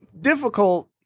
difficult